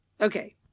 okay